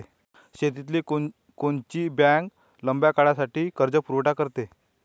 शेतीले कोनची बँक लंब्या काळासाठी कर्जपुरवठा करते?